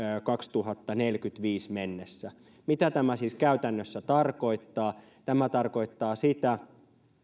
kaksituhattaneljäkymmentäviisi mennessä mitä tämä siis käytännössä tarkoittaa tämä tarkoittaa sitä